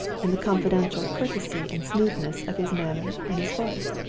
and the confidential courtesy and smoothness of his manner and his voice.